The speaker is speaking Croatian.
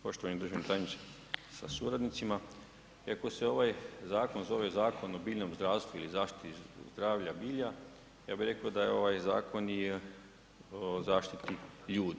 Poštovani državni tajniče sa suradnicima, iako se ovaj zakon zove Zakon o biljnom zdravstvu ili zaštiti zdravlja, bilja, ja bi reko da je ovaj zakon i o zaštiti ljudi.